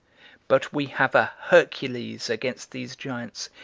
but we have a hercules against these giants,